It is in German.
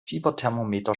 fieberthermometer